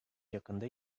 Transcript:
yakında